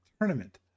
tournament